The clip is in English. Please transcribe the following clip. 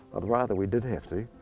i'd rather we did have to.